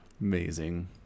Amazing